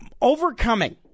overcoming